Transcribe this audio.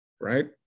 Right